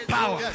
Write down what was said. Power